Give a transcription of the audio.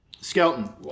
Skeleton